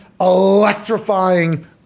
electrifying